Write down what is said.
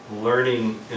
learning